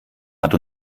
hat